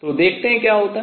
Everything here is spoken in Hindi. तो देखते हैं क्या होता है